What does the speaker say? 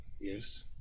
yes